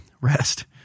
rest